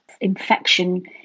infection